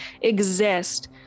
exist